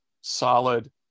solid